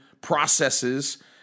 processes